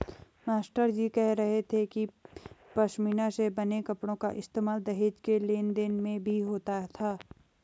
मास्टरजी कह रहे थे कि पशमीना से बने कपड़ों का इस्तेमाल दहेज के लेन देन में भी होता था